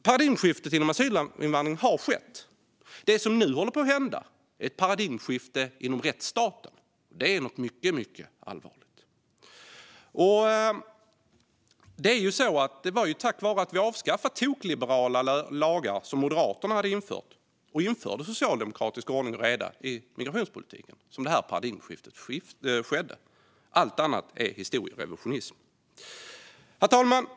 Paradigmskiftet inom asylinvandringen har skett. Det som nu håller på att hända är ett paradigmskifte inom rättsstaten. Det är något som är mycket, mycket allvarligt. Det var tack vare att vi avskaffade tokliberala lagar som Moderaterna hade infört och införde socialdemokratisk ordning och reda i migrationspolitiken som det här paradigmskiftet skedde. Allt annat är historierevisionism. Herr talman!